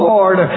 Lord